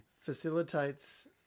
Facilitates